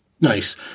nice